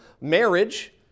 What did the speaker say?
marriage